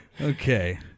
Okay